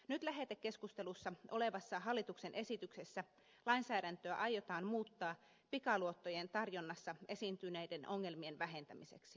nyt lähetekeskustelussa olevassa hallituksen esityksessä lainsäädäntöä aiotaan muuttaa pikaluottojen tarjonnassa esiintyneiden ongelmien vähentämiseksi